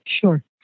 Sure